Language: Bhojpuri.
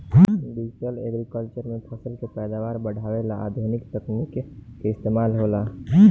डिजटल एग्रीकल्चर में फसल के पैदावार बढ़ावे ला आधुनिक तकनीक के इस्तमाल होला